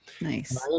Nice